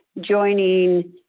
joining